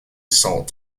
salt